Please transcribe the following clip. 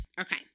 Okay